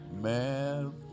Man